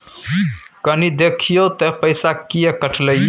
कनी देखियौ त पैसा किये कटले इ?